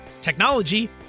technology